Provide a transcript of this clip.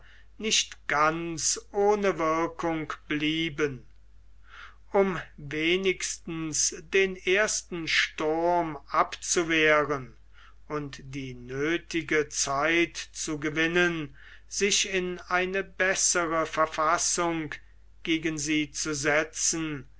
nicht ganz ohne wirkung blieben um wenigstens den ersten sturm abzuwehren und die nöthige zeit zu gewinnen sich in eine bessere verfassung gegen sie zu setzen